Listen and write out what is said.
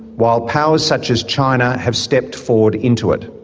while powers such as china have stepped forward into it.